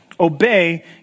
Obey